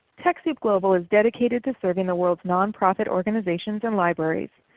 techsoup global is dedicated to serving the world's nonprofit organizations and libraries.